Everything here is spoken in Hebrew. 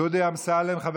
דודי אמסלם, חבר